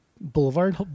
Boulevard